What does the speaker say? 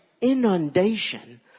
inundation